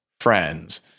friends